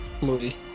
movie